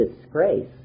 disgrace